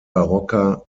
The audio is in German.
barocker